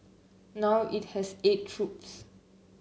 now it has eight troops